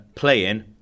playing